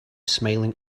smiling